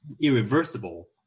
irreversible